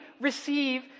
receive